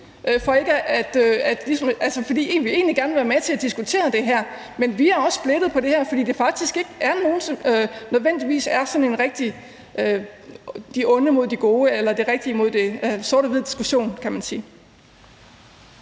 for vi vil egentlig gerne være med til at diskutere det her. Vi er også splittet på det her. Det er faktisk ikke nødvendigvis de onde mod de gode eller en sort-hvid-diskussion, kan man sige.